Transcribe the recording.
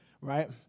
right